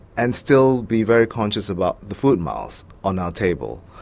and still be very conscious about the food miles on our table.